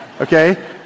Okay